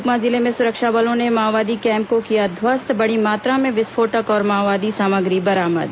सुकमा जिले में सुरक्षा बलों ने माओवादी कैम्प को किया ध्वस्त बड़ी मात्रा में विस्फोटक और माओवादी सामग्री बरामद